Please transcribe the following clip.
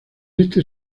este